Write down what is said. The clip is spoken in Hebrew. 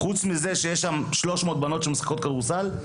חוץ מזה שיש שם 300 בנות שמשחקות כדורסל,